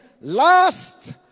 last